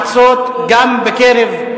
יש מועצות גם בקרב,